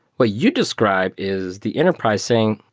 what you described is the enterprise saying,